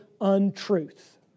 untruth